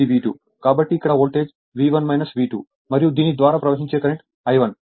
కాబట్టి ఇక్కడ voltage V1 V2 మరియు దీని ద్వారా ప్రవహించే కరెంట్ I1